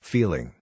Feeling